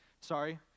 Sorry